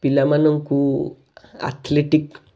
ପିଲାମାନଙ୍କୁ ଆଥଲେଟିକ